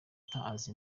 aza